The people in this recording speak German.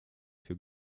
für